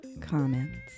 comments